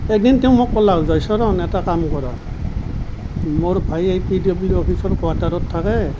এদিন তেওঁ মোক ক'লে যে শৰণ এটা কাম কৰক মোৰ ভাই পি ডব্লিউ ডি অফিচৰ কোৱাটাৰত থাকে